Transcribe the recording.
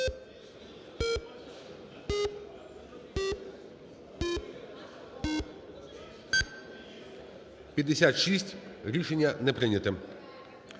Рішення не прийнято.